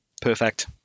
Perfect